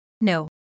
no